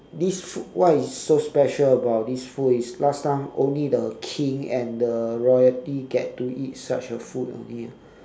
this food what is so special about this food is last time only the king and the royalty get to eat such a food only ah